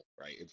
right